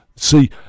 See